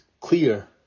clear